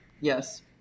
Yes